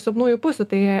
silpnųjų pusių tai